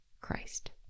Christ